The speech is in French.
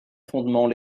fondement